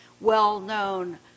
well-known